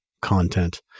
content